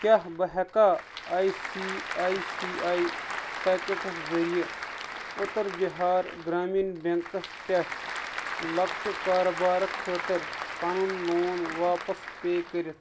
کیٛاہ بہٕ ہیٚکا I C I C I packets ذٔریعہٕ اُتر بِہار گرٛامیٖن بیٚنٛکس پٮ۪ٹھ لۄکٹہِ کارٕبارٕ خٲطرٕ پنُن لون واپس پے کٔرِتھ